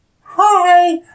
Hi